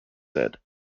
said